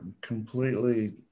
completely